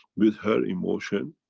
with her emotion.